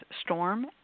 Storm